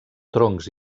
troncs